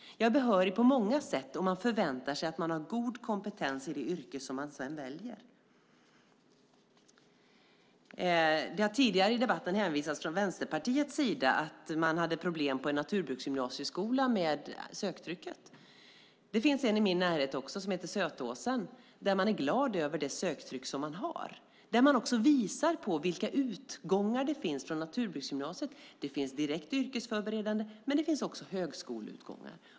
Man blir behörig på många sätt. Man förväntar sig att man får god kompetens i det yrke som man väljer. Det har tidigare i debatten från Vänsterpartiets sida hänvisats till att man hade problem med söktrycket på en naturbruksgymnasieskola. Det finns en sådan i min närhet som heter Sötåsen. Där är man glad över det söktryck som man har, och där visar man också på vilka utgångar det finns från naturbruksgymnasiet. Det finns direkt yrkesförberedande utgångar men också högskoleutgångar.